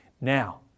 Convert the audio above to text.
Now